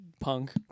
punk